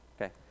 Okay